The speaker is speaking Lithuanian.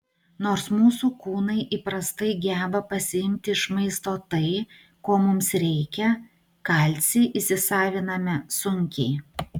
nors mūsų kūnai įprastai geba pasiimti iš maisto tai ko mums reikia kalcį įsisaviname sunkiai